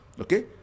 Okay